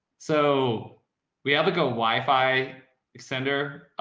so we have a go wifi extender,